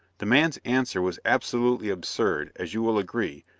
the man's answer was absolutely absurd, as you will agree,